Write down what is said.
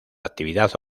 actividad